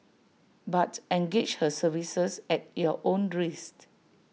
but engage her services at your own risk